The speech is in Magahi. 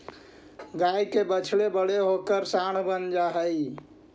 गाय के बछड़े बड़े होकर साँड बन जा हई